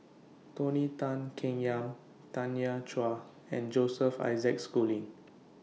Tony Tan Keng Yam Tanya Chua and Joseph Isaac Schooling